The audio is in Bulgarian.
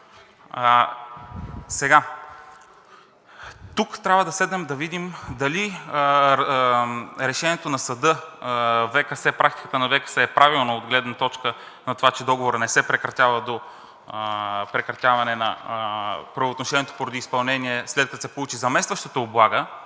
Тук трябва да седнем да видим дали решението на съда – практиката на ВКС е правилна от гледна точка на това, че договорът не се прекратява до прекратяване на… правоотношението поради изпълнение, след като се получи заместващата облага